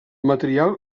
material